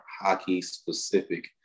hockey-specific